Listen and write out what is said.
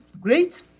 great